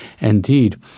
Indeed